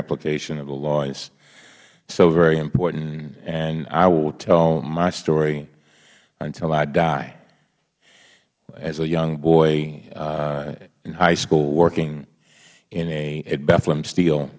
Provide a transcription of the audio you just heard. application of the law is so very important and i will tell my story until i die as a young boy in high school working at bethlehem steel